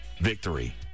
Victory